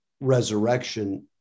resurrection